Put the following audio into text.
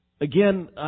Again